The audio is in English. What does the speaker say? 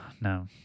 no